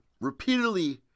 repeatedly